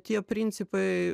tie principai